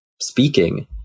speaking